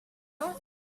her